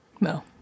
No